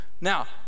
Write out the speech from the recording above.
Now